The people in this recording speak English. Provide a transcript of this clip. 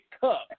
cup